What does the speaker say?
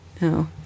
No